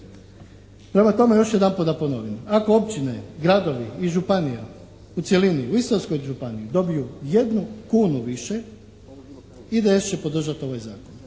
Prema tome još jedanput da ponovim ako općine, gradovi i županija u cjelini u Istarskoj županiji dobiju jednu kunu više IDS će podržati ovaj zakon.